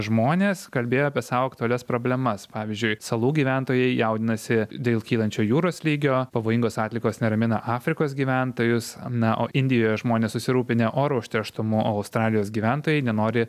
žmonės kalbėjo apie sau aktualias problemas pavyzdžiui salų gyventojai jaudinasi dėl kylančio jūros lygio pavojingos atliekos neramina afrikos gyventojus na o indijoje žmonės susirūpinę oro užterštumu o australijos gyventojai nenori